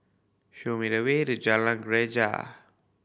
show me the way to Jalan Greja